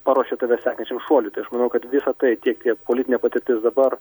paruošia tave sekančiam šuoliui tai aš manau kad visa tai tiek kiek politinė patirtis dabar